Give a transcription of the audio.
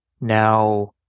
Now